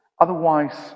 Otherwise